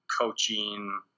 coaching